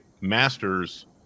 Masters